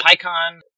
PyCon